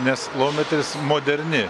nes laumetris moderni